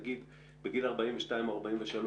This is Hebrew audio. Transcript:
נגיד בגיל 42 או 43,